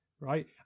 right